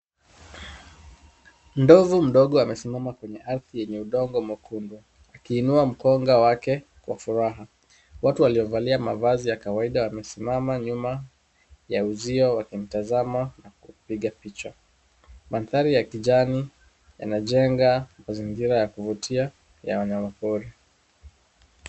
Ndovu mdogo amesimama kwenye ardhi yenye udongo mwekundu, akiinua mkonga wake kwa furaha. Watu waliovalia mavazi ya kawaida wamesimama nyuma ya uzio wakimtazama na kupiga picha. Mandhari ya kijani yanajenga mazingira ya kuvutia ya wanyama pori.